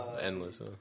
Endless